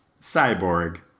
Cyborg